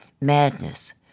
Madness